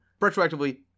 retroactively